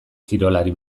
kirolari